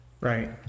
Right